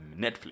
Netflix